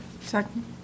Second